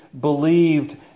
believed